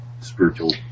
spiritual